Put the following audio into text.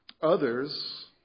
Others